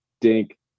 dink